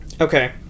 Okay